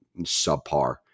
subpar